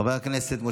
חבר הכנסת אחמד טיבי,